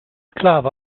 sklave